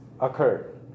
occurred